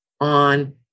on